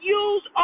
use